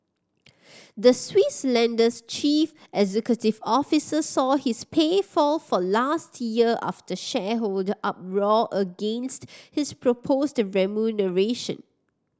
the Swiss lender's chief executive officer saw his pay fall for last year after shareholder uproar against his proposed remuneration